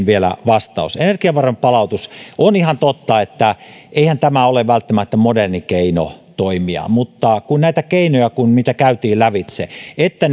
vielä vastaus energiaveron palautus on ihan totta eihän tämä ole välttämättä moderni keino toimia mutta kun näitä keinoja käytiin lävitse siten että